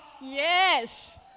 Yes